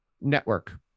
Network